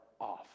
off